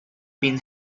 been